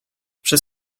przez